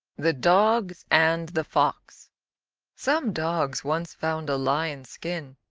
the dogs and the fox some dogs once found a lion's skin,